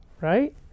Right